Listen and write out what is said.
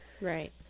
right